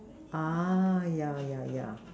ah ya ya ya